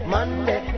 Monday